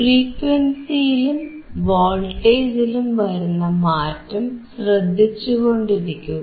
ഫ്രീക്വൻസിയിലും വോൾട്ടേജിലും വരുന്ന മാറ്റം ശ്രദ്ധിച്ചുകൊണ്ടിരിക്കുക